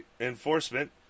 enforcement